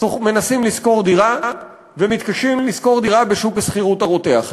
מנסים לשכור דירה ומתקשים לשכור דירה בשוק השכירות הרותח.